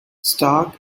stark